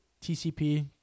tcp